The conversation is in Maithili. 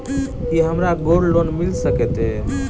की हमरा गोल्ड लोन मिल सकैत ये?